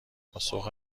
پاسخی